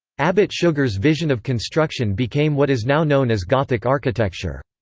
abbot suger's vision of construction became what is now known as gothic architecture.